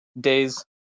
Day's